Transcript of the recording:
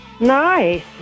Nice